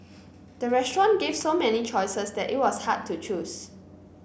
the restaurant gave so many choices that it was hard to choose